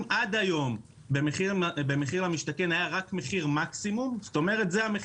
אם עד היום במחיר למשתכן היה רק מחיר מקסימום לציבור,